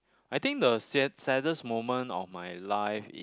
I think the sad saddest moment of my life it